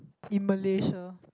in malaysia